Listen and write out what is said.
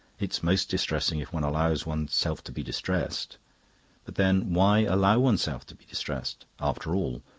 it's most distressing if one allows oneself to be distressed. but then why allow oneself to be distressed? after all,